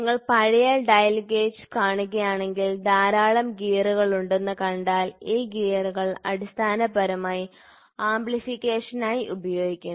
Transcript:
നിങ്ങൾ പഴയ dial gauge കാണുകയാണെങ്കിൽ ധാരാളം ഗിയറുകളുണ്ടെന്ന് കണ്ടാൽ ഈ ഗിയറുകൾ അടിസ്ഥാനപരമായി ആംപ്ലിഫിക്കേഷനായി ഉപയോഗിക്കുന്നു